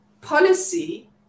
policy